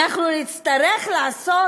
מה אנחנו נצטרך לעשות?